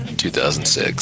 2006